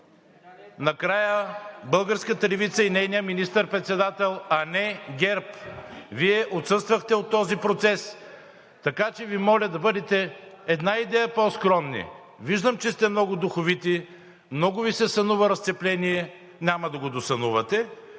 накрая българската левица и нейният министър-председател, а не ГЕРБ. Вие отсъствахте от този процес, така че Ви моля да бъдете една идея по-скромни. Виждам, че сте много духовити, много Ви се сънува разцепление – няма да го досънувате,